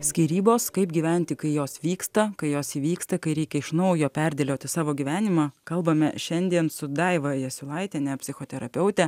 skyrybos kaip gyventi kai jos vyksta kai jos įvyksta kai reikia iš naujo perdėlioti savo gyvenimą kalbame šiandien su daiva jasiulaitiene psichoterapeute